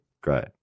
Great